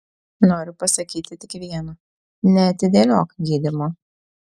noriu pasakyti tik viena neatidėliok gydymo